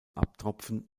abtropfen